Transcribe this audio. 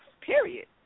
period